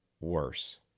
worse